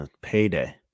Payday